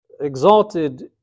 exalted